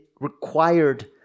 required